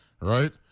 right